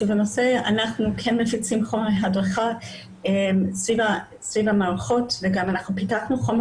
אנחנו כן מפיצים חומר הדרכה סביב המערכות וגם פיתחנו חומר